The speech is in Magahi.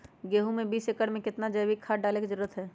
गेंहू में बीस एकर में कितना जैविक खाद डाले के जरूरत है?